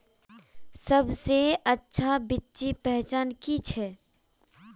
सबसे अच्छा बिच्ची पहचान की छे?